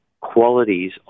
qualities